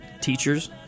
teachers